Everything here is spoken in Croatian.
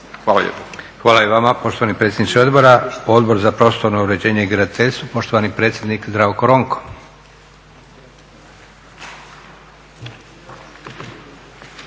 Hvala i vama poštovani predsjedniče odbora. Odbor za prostorno uređenje i graditeljstvo, poštovani predsjednik Zdravko Ronko.